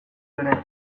berean